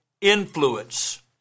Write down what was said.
influence